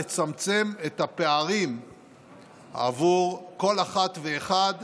לצמצם את הפערים בעבור כל אחת ואחד